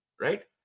right